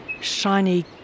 shiny